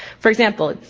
for example,